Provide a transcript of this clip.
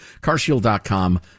CarShield.com